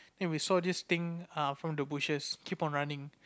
and we saw this thing uh from the bushes keep on running